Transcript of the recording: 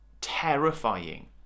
terrifying